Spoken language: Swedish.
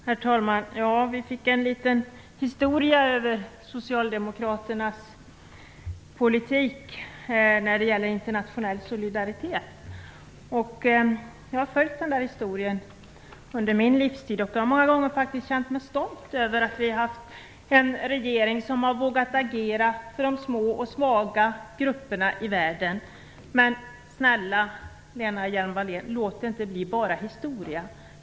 Herr talman! Vi fick litet historia över socialdemokraternas politik när det gäller internationell solidaritet. Jag har följt den historien under min livstid, och jag har många gånger faktiskt känt mig stolt över att vi har haft en regering som vågat agera för de små och svaga grupperna i världen. Men, Lena Hjelm Wallén, låt det inte bli bara historia.